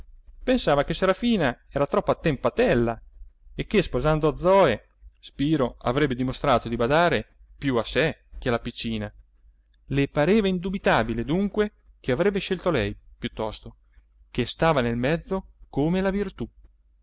pensava che serafina era troppo attempatella e che sposando zoe spiro avrebbe dimostrato di badare più a sé che alla piccina le pareva indubitabile dunque che avrebbe scelto lei piuttosto che stava nel mezzo come la virtù